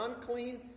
unclean